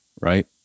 right